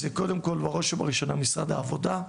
זה קודם כל בראש ובראשונה משרד העבודה,